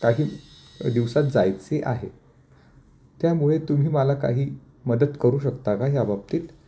काही दिवसात जायचे आहे त्यामुळे तुम्ही मला काही मदत करू शकता का ह्या बाबतीत